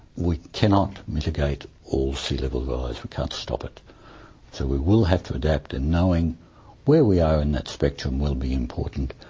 we cannot mitigate all sea-level rise, we can't stop it. so we will have to adapt, and knowing where we are in that spectrum will be important,